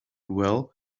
well